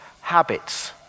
habits